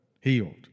healed